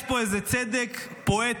יש פה איזה צדק פואטי.